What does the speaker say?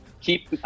keep